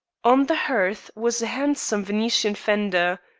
on the hearth was a handsome venetian fender.